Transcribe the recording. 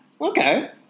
Okay